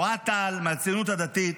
אוהד טל מהציונות הדתית,